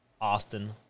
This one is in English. Austin